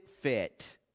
fit